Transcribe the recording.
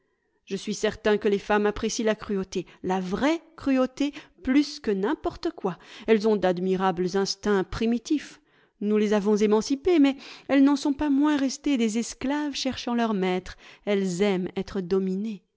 je suis certain que les femmes apprécient la cruauté la vraie cruauté plus que n'importe quoi elles ont d'admirables instincts primitifs nous les avons émancipées mais elles n'en sont pas moins restées des esclaves cherchant leurs maîtres elles aiment être dominées